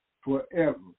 forever